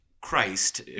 Christ